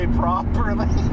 properly